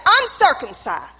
uncircumcised